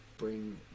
bring